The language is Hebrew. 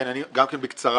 כן, אני גם כן בקצרה.